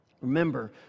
Remember